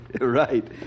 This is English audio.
Right